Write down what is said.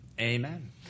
Amen